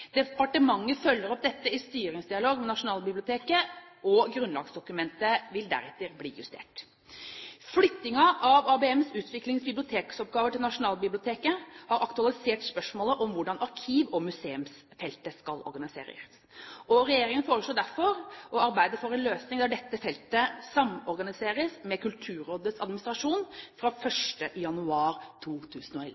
Departementet følger opp dette i styringsdialog med Nasjonalbiblioteket, og grunnlagsdokumentet vil deretter bli justert. Flyttingen av ABM-utviklings bibliotekoppgaver til Nasjonalbiblioteket har aktualisert spørsmålet om hvordan arkiv- og museumsfeltet skal organiseres. Regjeringen foreslår derfor å arbeide for en løsning der dette feltet samorganiseres med Kulturrådets administrasjon fra